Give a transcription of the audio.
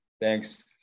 Thanks